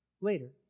later